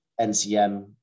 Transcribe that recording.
NCM